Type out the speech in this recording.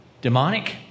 demonic